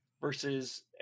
versus